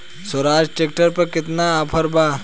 Swaraj tractor पर केतना offer बा?